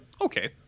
okay